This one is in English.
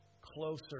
closer